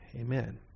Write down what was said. Amen